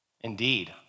Indeed